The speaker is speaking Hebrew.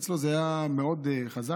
אצלו זה היה מאוד חזק.